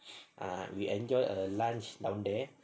ah we enjoyed a lunch down there